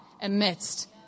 amidst